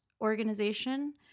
organization